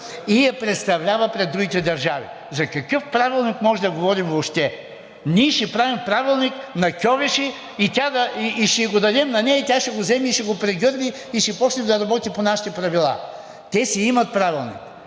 и я представлява пред другите държави.“ За какъв Правилник можем да говорим въобще? Ние ще правим Правилник на Кьовеши, ще й го дадем и тя ще го вземе, и ще го прегърне, и ще започне да работи по нашите правила? Те си имат Правилник.